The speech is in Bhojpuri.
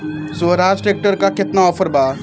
सोहराज ट्रैक्टर पर केतना ऑफर बा?